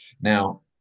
now